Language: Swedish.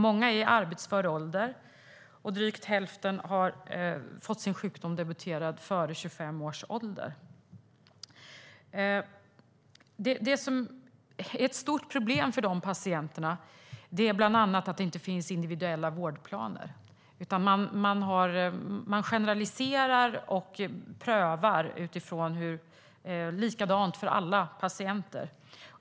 Många är i arbetsför ålder, och för drygt hälften har sjukdomen debuterat före 25 års ålder. Ett stort problem för patienterna är bland annat att det inte finns individuella vårdplaner. Man generaliserar och prövar likadant för alla patienter.